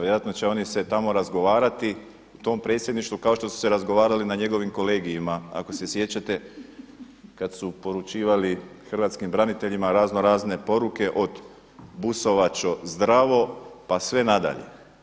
Vjerojatno će se oni tamo razgovarati u tom Predsjedništvu kao što su se razgovarali na njegovim kolegijima ako se sjećate kada su poručivali hrvatskim braniteljima razno-razne poruke od „Busovačo zdravo“, pa sve nadalje.